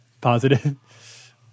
Positive